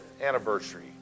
anniversary